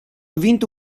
vinto